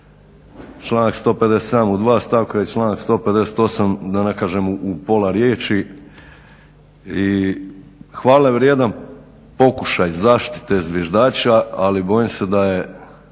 hvale vrijedan pokušaj zaštite zviždača ali bojim se da je,